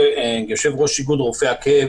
כיושב-ראש איגוד רופאי הכאב,